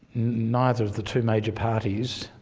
neither of the two major parties